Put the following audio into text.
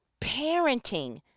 Parenting